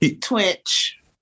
Twitch